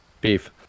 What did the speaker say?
beef